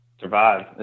survive